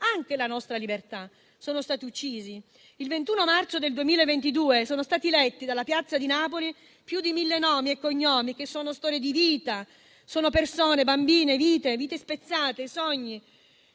anche la nostra, sono stati uccisi. Il 21 marzo 2022 sono stati letti in una piazza di Napoli più di mille nomi e cognomi, che sono storie di vita, persone, bambini, sogni e vite spezzate. Molti